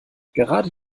gerade